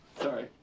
Sorry